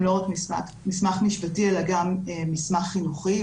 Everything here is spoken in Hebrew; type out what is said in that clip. לא רק מסמך משפטי אלא גם מסמך חינוכי,